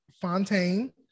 Fontaine